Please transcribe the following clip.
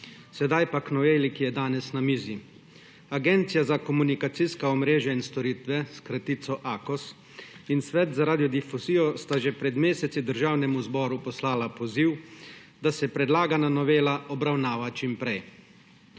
Sedaj pa k noveli, ki je danes na mizi. Agencija za komunikacijska omrežja in storitve, s kratico Akos, in svet za radiodifuzijo sta že pred meseci Državnemu zboru poslala poziv, da se predlagana novela obravnava čim prej.